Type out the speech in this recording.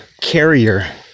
carrier